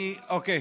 אוקיי.